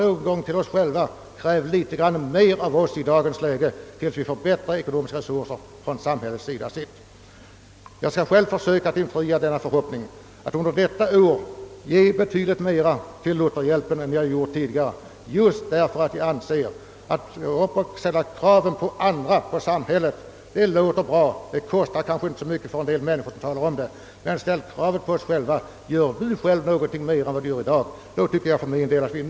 Vi har större möjligheter härvidlag än genomsnittsmedborgaren. Jag skall själv försöka att under det kommande året ge mera till Lutherhjälpen än jag gjort tidigare. Att ställa krav på samhället kostar inte så mycket, men vi måste säga till oss själva: Gör mera än du gör i dag!